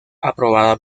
aprobada